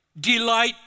Delight